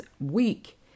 week